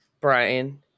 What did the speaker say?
Brian